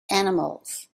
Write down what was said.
animals